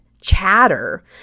chatter